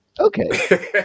Okay